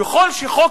ככל שחוק